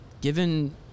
given